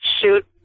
shoot